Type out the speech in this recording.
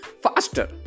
faster